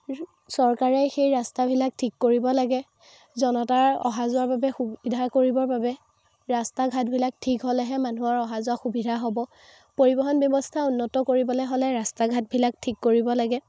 চৰকাৰে সেই ৰাস্তাবিলাক ঠিক কৰিব লাগে জনতাৰ অহা যোৱাৰ বাবে সুবিধা কৰিবৰ বাবে ৰাস্তা ঘাটবিলাক ঠিক হ'লেহে মানুহৰ অহা যোৱা সুবিধা হ'ব পৰিবহণ ব্যৱস্থা উন্নত কৰিবলে হ'লে ৰাস্তা ঘাটবিলাক ঠিক কৰিব লাগে